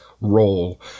role